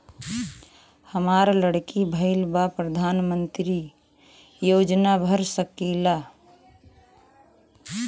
हमार लड़की भईल बा प्रधानमंत्री योजना भर सकीला?